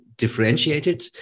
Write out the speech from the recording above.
Differentiated